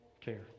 care